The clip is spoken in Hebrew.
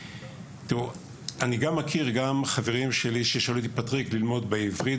אני מכיר חברים רבים ששואלים באיזו אוניברסיטה ללמוד,